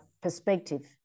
perspective